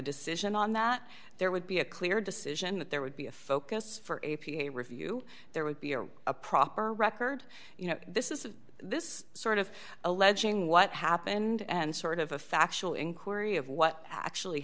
decision on that there would be a clear decision that there would be a focus for a p a review there would be a proper record you know this is this sort of alleging what happened and sort of a factual inquiry of what actually